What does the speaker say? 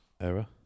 Error